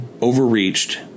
overreached